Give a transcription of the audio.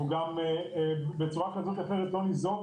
הוא גם בצורה כזאת או אחרת לא ניזוק